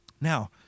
Now